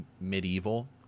medieval